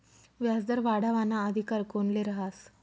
व्याजदर वाढावाना अधिकार कोनले रहास?